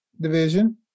division